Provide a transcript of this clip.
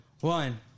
one